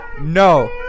No